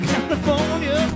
California